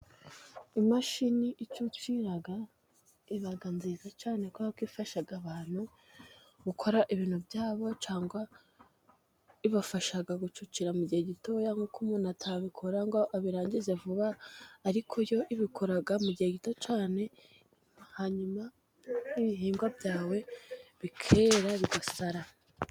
Imashini icucira iba nziza cyane kubera ko ifasha abantu gukora ibintu byabo, cyangwa ibafasha gucucira mu gihe gitoya, nkuko umuntu atabikora ngo abirangize vuba, ariko yo ibikora mu gihe gito cyane, hanyuma ibihingwa byawe bikera bigasara.